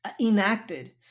enacted